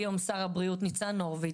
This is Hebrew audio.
היום שר הבריאות ניצן הורוביץ,